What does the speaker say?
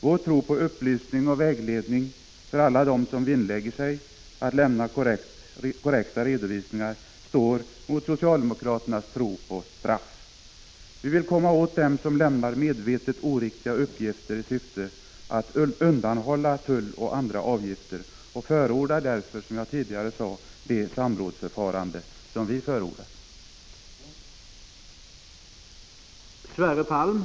Vår tro på upplysning och vägledning för alla dem som vinnlägger sig om att lämna korrekta redovisningar står mot socialdemokraternas tro på straff. Vi vill komma åt dem som medvetet lämnar oriktiga uppgifter i syfte att undanhålla tull och andra avgifter, och förordar därför, som jag tidigare sade, det samrådsförfarande som vi föreslagit.